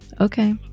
Okay